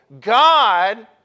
God